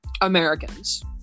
Americans